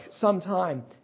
sometime